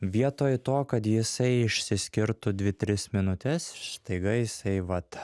vietoj to kad jisai išsiskirtų dvi tris minutes staiga jisai vat